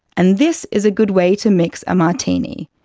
and this is a good way to mix a martini.